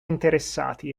interessati